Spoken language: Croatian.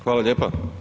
Hvala lijepa.